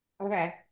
Okay